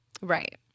right